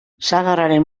sagarraren